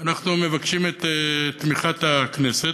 אנחנו מבקשים את תמיכת הכנסת.